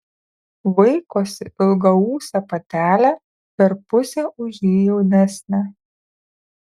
vaikosi ilgaūsę patelę per pusę už jį jaunesnę